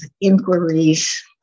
inquiries